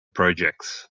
projects